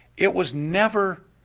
it was never